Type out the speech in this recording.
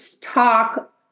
talk